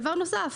דבר נוסף,